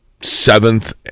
seventh